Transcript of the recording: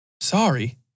Sorry